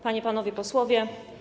Panie i Panowie Posłowie!